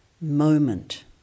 moment